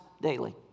daily